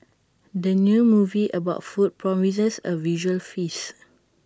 the new movie about food promises A visual feast